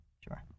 sure